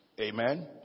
Amen